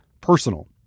personal